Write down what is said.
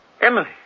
Emily